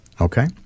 Okay